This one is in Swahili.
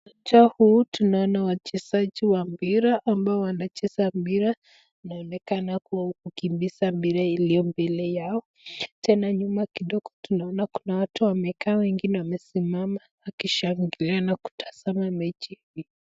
Picha huu tunaona wachezaji wa mpira ambao wanacheza mpira wanonekana wanakimbia mpira iliyo mbele yao tena nyuma kidogo tunaona watu wameka wengine wamesimama wakishangilia na kutasama mechi.